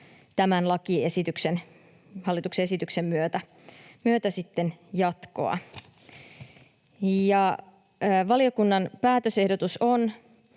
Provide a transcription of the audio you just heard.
on tulossa hallituksen esityksen myötä jatkoa. Valiokunnan päätösehdotus on,